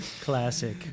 Classic